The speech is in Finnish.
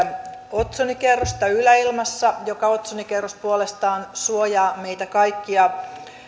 otsonikerrosta yläilmassa joka otsonikerros puolestaan suojaa meitä kaikkia